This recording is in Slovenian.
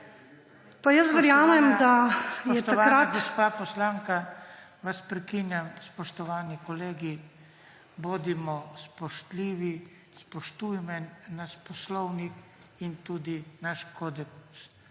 Spoštovana gospa poslanka, vas prekinjam. Spoštovani kolegi! Bodimo spoštljivi, spoštujmo poslovnik in tudi naš kodeks,